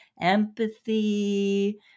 empathy